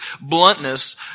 bluntness